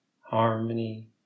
Harmony